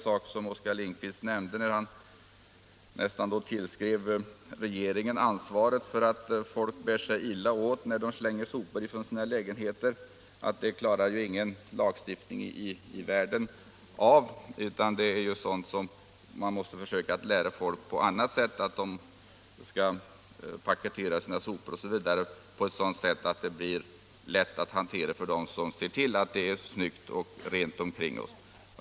Herr Lindkvist tillskrev nästan regeringen ansvaret för att folk bär sig illa åt genom att slänga sopor från sina lägenheter. Men det klarar ju ingen lagstiftning i världen, utan människorna måste på ett annat sätt lära sig att paketera soporna, så att de blir lätthanterliga för dem som skall se till att det är snyggt och rent omkring oss.